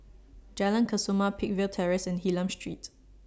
Jalan Kesoma Peakville Terrace and Hylam Street